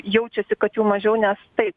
jaučiasi kad jų mažiau nes taip